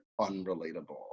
unrelatable